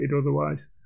otherwise